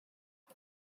the